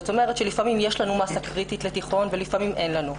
זאת אומרת שלפעמים יש לנו מסה קריטית לתיכון ולפעמים אין לנו.